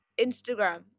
Instagram